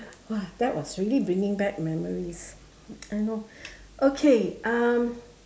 !wah! that was really bringing back memories I know okay um